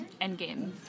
Endgame